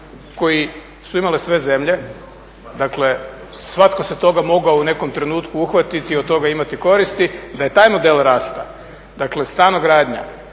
koji su imale sve zemlje, dakle svatko se toga mogao u nekom trenutku uhvatiti i od toga imati koristi, da je taj model rasta, dakle stanogradnja.